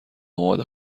آماده